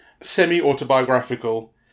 semi-autobiographical